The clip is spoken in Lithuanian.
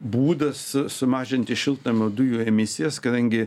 būdas sumažinti šiltnamio dujų emisijas kadangi